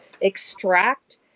extract